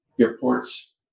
airports